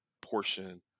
portion